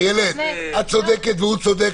איילת, את צודקת והוא צודק.